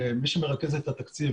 מי שמרכז את התקציב